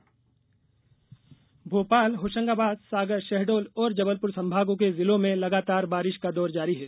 बारिश भोपाल होशंगाबाद सागर शहडोल और जबलपुर संभागों के जिलों में लगातार बारिश का दौर जारी है